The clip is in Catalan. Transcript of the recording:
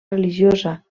religiosa